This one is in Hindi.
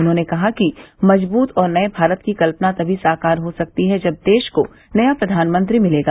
उन्होंने कहा कि मजबूत और नये भारत की कल्पना तभी साकार हो सकती है जब देश को नया प्रधानमंत्री मिलेगा